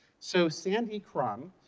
so sandy crumb